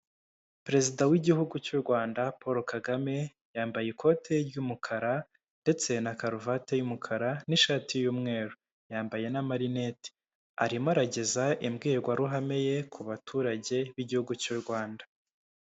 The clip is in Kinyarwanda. Perezida w'igihugu cy'u Rwanda Kaul Kagame yambaye ikote ry'umukara ndetse na karuvati y'umukara n'ishati y'umweru, yambaye n'amarinete arimo arageza imbwirwaruhame ye ku baturage b'igihugu cy'u Rwanda.